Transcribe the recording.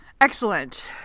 Excellent